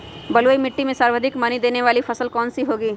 बलुई मिट्टी में सर्वाधिक मनी देने वाली फसल कौन सी होंगी?